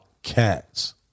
Cats